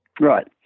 Right